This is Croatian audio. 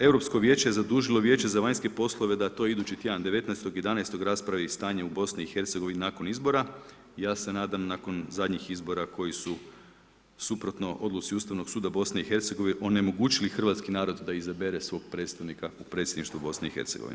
Europsko vijeće je zadužilo Vijeće vanjske poslove da to idući tjedan 19.11. raspravi i stanje u BiH nakon izbora, ja se nadam nakon zadnjih izbora koji su suprotno odluci Ustavnog suda BiH onemogućili hrvatski narod da izabere svog predstavnika u Predsjedništvu BiH.